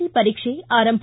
C ಪರೀಕ್ಷೆ ಆರಂಭ